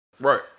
Right